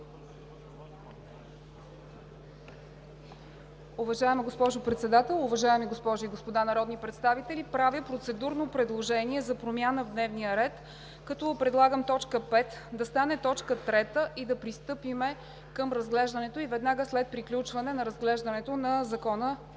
Уважаема госпожо Председател, уважаеми госпожи и господа народни представители! Правя процедурно предложение за промяна в дневния ред, като предлагам точка пета да стане точка трета и да пристъпим към нея веднага след приключване на разглеждането на Закона